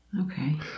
Okay